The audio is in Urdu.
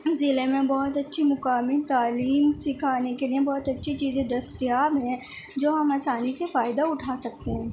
ضلع میں بہت اچھی مقامی تعلیم سکھانے کے لئے بہت اچھی چیزیں دستیاب ہیں جو ہم آسانی سے فائدہ اٹھا سکتے ہیں